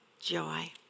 joy